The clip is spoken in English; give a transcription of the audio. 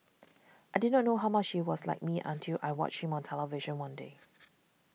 I did not know how much he was like me until I watched him on television one day